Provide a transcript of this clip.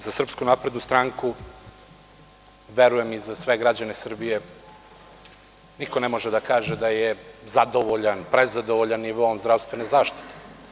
Za SNS, verujem za sve građane Srbije, niko ne može da kaže da je zadovoljan, prezadovoljan nivoom zdravstvene zaštite.